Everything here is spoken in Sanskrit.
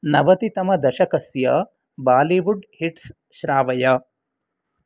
नवतितमदशकस्य बालीवुड् हिट्स् श्रावय